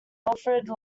wilfrid